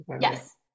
Yes